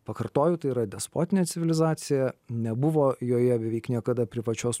pakartoju tai yra despotinė civilizacija nebuvo joje beveik niekada privačios